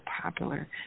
popular